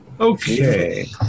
Okay